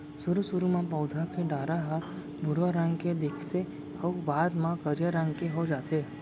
सुरू सुरू म पउधा के डारा ह भुरवा रंग के दिखथे अउ बाद म करिया रंग के हो जाथे